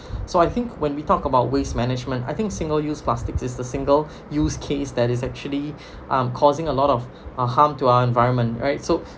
so I think when we talk about waste management I think single use plastics is the single use case that is actually um causing a lot of um harm to our environment right so